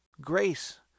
Grace